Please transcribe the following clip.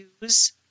use